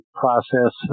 process